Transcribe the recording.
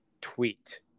tweet